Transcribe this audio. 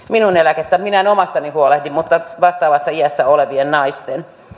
minä en omastani huolehdi mutta vastaavassa iässä olevien naisten